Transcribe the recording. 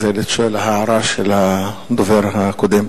זה להערה של הדובר הקודם.